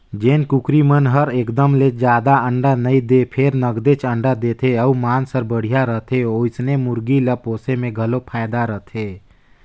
जेन कुकरी मन हर एकदम ले जादा अंडा नइ दें फेर नगदेच अंडा देथे अउ मांस हर बड़िहा रहथे ओइसने मुरगी ल पोसे में घलो फायदा रथे